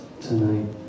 tonight